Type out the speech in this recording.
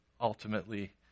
ultimately